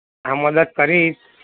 હા મદદ કરીશ